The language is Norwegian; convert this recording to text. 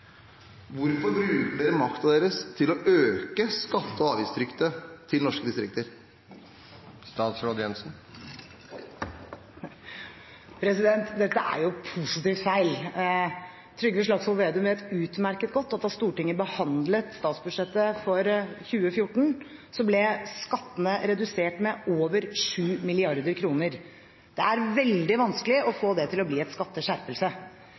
hvorfor bruker dere makten deres til å øke skatte- og avgiftstrykket i norske distrikter? Dette er positivt feil. Trygve Slagsvold Vedum vet utmerket godt at da Stortinget behandlet statsbudsjettet for 2014, ble skattene redusert med over 7 mrd. kr. Det er veldig vanskelig å få det til å bli en skatteskjerpelse.